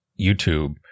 YouTube